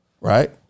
Right